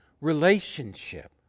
relationship